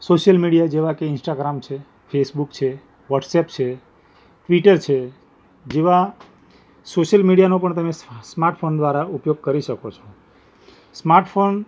social media જેવાં કે Instagram છે ફેસબૂક છે વ્હાટ્સઅપ છે ટ્વીટર છે જેવા સોશિયલ મીડિયાનો પણ તમે સ્માર્ટ ફોન દ્વારા તમે ઉપયોગ કરી શકો છો સ્માર્ટ ફોન